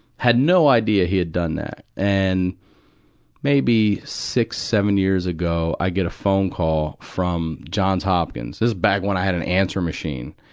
had no idea he had done that. and maybe six, seven years ago, i get a phone call from johns hopkins. this is back when i had an answering machine.